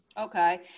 Okay